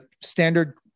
standard